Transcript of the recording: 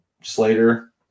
Slater